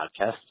podcast